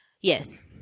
Yes